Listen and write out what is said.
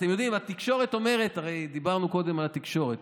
אתם יודעים, הרי דיברנו קודם על התקשורת.